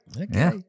Okay